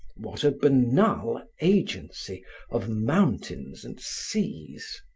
what a banal agency of mountains and seas!